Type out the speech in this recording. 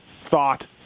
thought